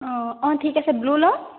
অঁ অঁ ঠিক আছে ব্লু লওঁ